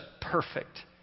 perfect